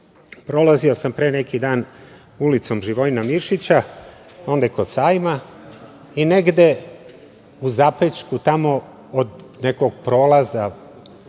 Prolazio sam pre neki dan ulicom Živojina Mišića, onde kod sajma i negde u zapećku tamo od nekog prolaza